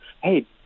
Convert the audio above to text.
hey